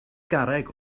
garreg